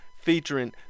featuring